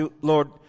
Lord